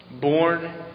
born